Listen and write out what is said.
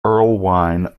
erlewine